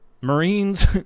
marines